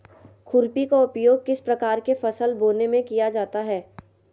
खुरपी का उपयोग किस प्रकार के फसल बोने में किया जाता है?